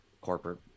corporate